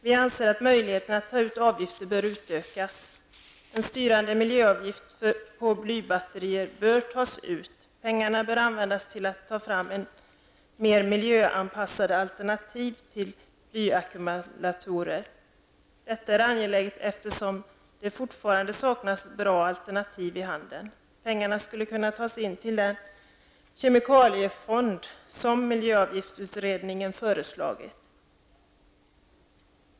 Vi anser att möjligheterna att ta ut avgifter bör utökas. En styrande miljöavgift på blybatterier bör tas ut. Pengarna bör användas till att ta fram mer miljöanpassade alternativ till blyackumulatorer. Detta är angeläget eftersom det fortfarande saknas bra alternativ i handeln. Pengarna skulle kunna tas in till den kemikaliefond som miljöavgiftsutredningen har föreslagit.